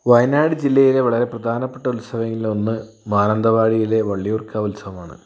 വയനാട് ജില്ലയിലെ വളരെ പ്രധാനപ്പെട്ട ഉത്സവങ്ങളിൽ ഒന്ന് മാനന്തവാടിയിലെ വള്ളിയൂർക്കാവ് ഉത്സവമാണ്